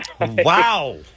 Wow